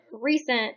recent